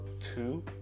two